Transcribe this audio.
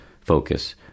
focus